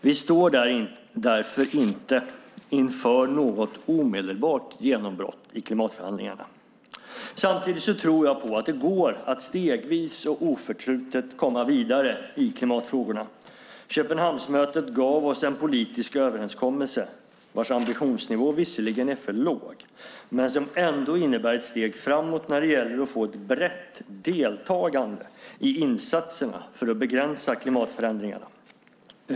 Vi står därför inte för något omedelbart genombrott i klimatförhandlingarna. Samtidigt tror jag på att det går att stegvis och oförtrutet komma vidare i klimatfrågorna. Köpenhamnsmötet gav oss en politisk överenskommelse vars ambitionsnivå visserligen är för låg men som ändå innebär ett steg framåt när det gäller att få ett brett deltagande i insatserna för att begränsa klimatförändringarna.